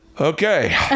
Okay